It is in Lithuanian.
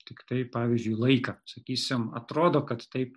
tiktai pavyzdžiui laiką sakysim atrodo kad taip